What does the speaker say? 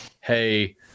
hey